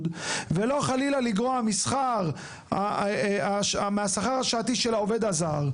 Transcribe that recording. ולא חלילה לגרוע משכר השעתי של העובד הזר.